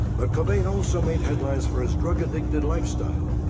but cobain also made headlines for his drug-addicted lifestyle.